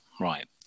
Right